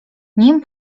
nim